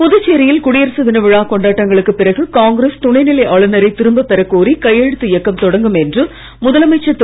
புதுச்சேரியில் குடியரசுத் தின விழா கொண்டாட்டங்களுக்கு பிறகு காங்கிரஸ் துணைநிலை ஆளுநரை திரும்ப பெறக் கோரி கையெழுத்து தொடங்கும் என்று முதலமைச்சர் திரு